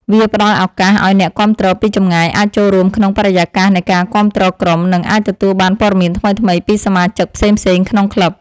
វាផ្តល់ឱកាសឱ្យអ្នកគាំទ្រពីចម្ងាយអាចចូលរួមក្នុងបរិយាកាសនៃការគាំទ្រក្រុម និងអាចទទួលបានព័ត៌មានថ្មីៗពីសមាជិកផ្សេងៗក្នុងក្លឹប។